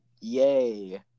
yay